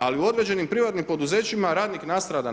Ali u određenim privatnim poduzećima radnik nastrada